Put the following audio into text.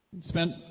spent